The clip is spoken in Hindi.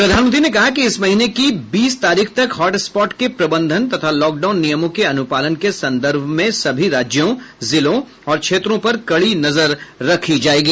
प्रधानमंत्री ने कहा कि इस महीने की बीस तारीख तक हॉट स्पॉट के प्रबंधन तथा लॉकडाउन नियमों के अनुपालन के संदर्भ में सभी राज्यों जिलों और क्षेत्रों पर कड़ी नजर रखी जायेगी